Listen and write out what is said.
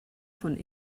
von